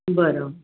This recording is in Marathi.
बरं